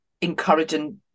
encouraging